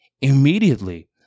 Immediately